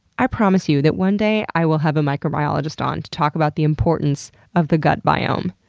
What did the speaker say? i promise you that one day, i will have a microbiologist on to talk about the importance of the gut biome.